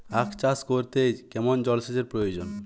আখ চাষ করতে কেমন জলসেচের প্রয়োজন?